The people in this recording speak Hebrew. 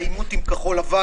העימות עם כחול לבן